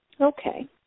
Okay